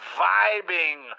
vibing